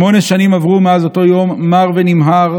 שמונה שנים עברו מאז אותו יום מר ונמהר